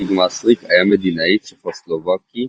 יאן גריג מסריק היה מדינאי צ'כוסלובקי,